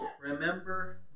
remember